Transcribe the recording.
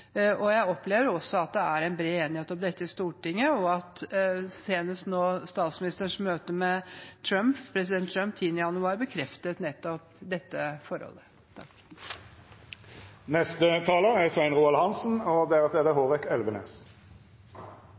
oss. Jeg opplever også at det er bred enighet om dette i Stortinget – senest statsministerens møte med president Trump 10. januar bekreftet nettopp dette forholdet. Utenriksministeren pekte på en internasjonal situasjon preget av konflikter, konfrontasjoner, polarisering og usikkerhet. Samtidig er